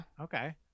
Okay